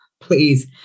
please